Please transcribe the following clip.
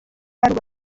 rubona